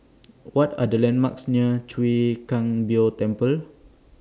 What Are The landmarks near Chwee Kang Beo Temple